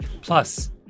Plus